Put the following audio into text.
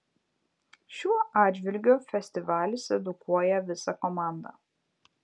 šiuo atžvilgiu festivalis edukuoja visą komandą